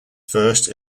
first